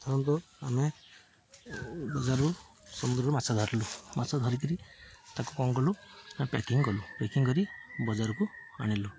ଧରନ୍ତୁ ଆମେ ବଜାରରୁ ସମୁଦ୍ରରୁ ମାଛ ଧରିଲୁ ମାଛ ଧରିକିରି ତାକୁ କ'ଣ କଲୁ ନା ପ୍ୟାକିଂ କଲୁ ପ୍ୟାକିଂ କରି ବଜାରକୁ ଆଣିଲୁ